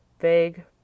Vague